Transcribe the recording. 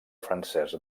francesa